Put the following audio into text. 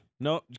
No